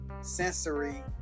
sensory